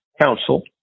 Council